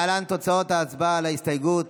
להלן תוצאות ההצבעה על ההסתייגות,